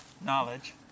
Knowledge